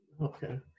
Okay